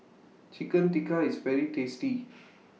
Chicken Tikka IS very tasty